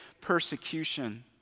persecution